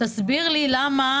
תסביר לי למה